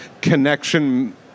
connection